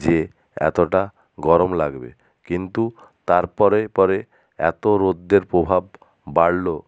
যে এতটা গরম লাগবে কিন্তু তারপরে পরে এত রোদের প্রভাব বাড়লো